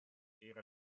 era